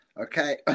Okay